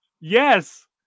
Yes